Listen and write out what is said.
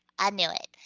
i knew it.